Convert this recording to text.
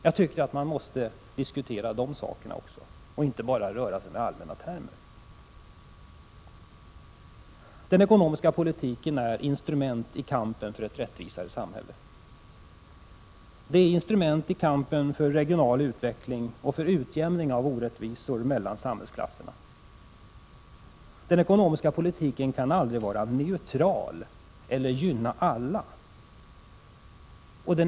Jag tycker att man måste diskutera också dessa saker och inte bara röra sig med allmänna termer. Den ekonomiska politiken är ett instrument i kampen för ett rättvisare samhälle. Den är ett instrument i kampen för regional utveckling och för utjämning av orättvisor mellan samhällsklasserna. Den ekonomiska politiken kan aldrig vara neutral eller gynna alla.